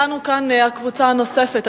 אתנו כאן הקבוצה הנוספת,